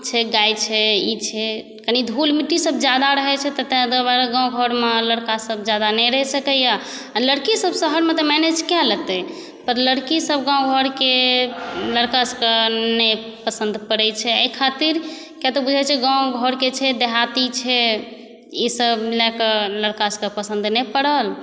छै गाय छै ई छै कनी धूल मिट्टी सब ज्यादा रहै छै तऽ ताहि दुआरे गाम घरमे लड़कासभ ज्यादा नहि रहि सकैए आ लड़की सब शहरमे तऽ मैनेज कऽ लेतै पर लड़की सब गाम घरके लड़का सभकए नहि पसन्द पड़ै छै एहि खातिर कियातऽ बुझै छै गाम घरके छै देहाती छै ई सब लऽ कऽ लड़का सभकए पसन्द नहि पड़ल